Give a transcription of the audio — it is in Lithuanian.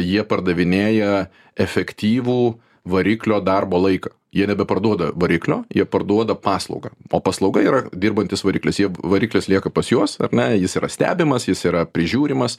jie pardavinėja efektyvų variklio darbo laiką jie nebeparduoda variklio jie parduoda paslaugą o paslauga yra dirbantis variklis jie variklis lieka pas juos ar ne jis yra stebimas jis yra prižiūrimas